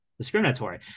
discriminatory